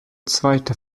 zweite